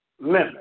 limit